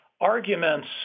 arguments